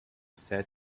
said